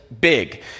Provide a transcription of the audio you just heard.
big